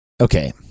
okay